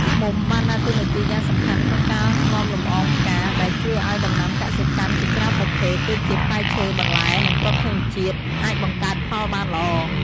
ឃ្មុំ បានដើរតួនាទីយ៉ាងសំខាន់ក្នុងការនាំលម្អងផ្កា ដែលជួយឲ្យដំណាំកសិកម្មជាច្រើនប្រភេទ ដូចជាផ្លែឈើ បន្លែ និងគ្រាប់ធញ្ញជាតិ អាចបង្កើតផលបានល្អ។